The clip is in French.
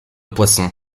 poisson